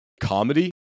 comedy